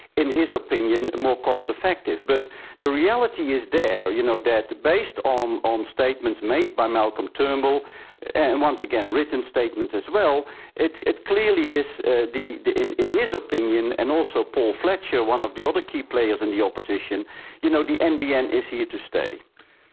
in his opinion, more cost-effective. but the reality is there you know that based on um um statements made by malcolm turnbull and once again, written statements as well it it clearly is ah in in his opinion and also paul fletcher, one of the other key players in the opposition you know the nbn is here to stay.